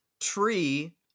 tree